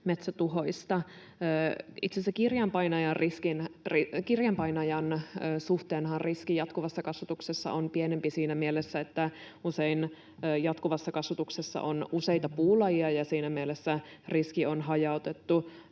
metsätuhoista. Itse asiassa kirjanpainajan suhteenhan riski jatkuvassa kasvatuksessa on pienempi siinä mielessä, että usein jatkuvassa kasvatuksessa on useita puulajeja ja siinä mielessä riski on hajautettu.